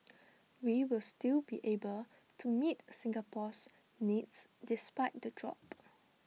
we will still be able to meet Singapore's needs despite the drop